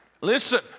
Listen